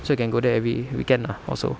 so we can go there every weekend lah or so